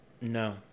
No